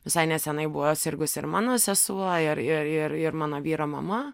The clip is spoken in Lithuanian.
visai neseniai buvo sirgusi ir mano sesuo ir ir ir mano vyro mama